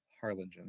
Harlingen